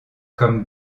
comme